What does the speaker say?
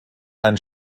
ein